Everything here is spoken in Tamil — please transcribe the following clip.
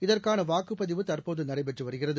இதற்கான வாக்குப்பதிவு தற்போது நடைபெற்று வருகிறது